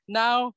now